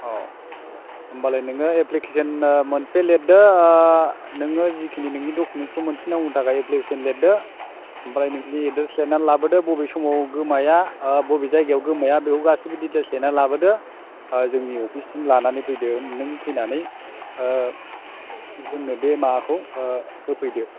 औ होनबालाय नोङो एप्लिकेसन मोनसे लिरदो नोङो जिखिनि नोंनि डकुमेन्टसखौ मोनफिन्नांगौनि थाखाय एप्लिकेसन लिरदो ओमफ्राय नोंनि एड्रेस लिरना लाबोदो बबे समाव गोमाया बबे जायगायाव गोमाया बेखौ गासैबो डिटेल्स लिरना लाबोदो जोंनि अफिससिम लानानै फैदो नों फैनानै जोंनो बे माबाखौ होफैदो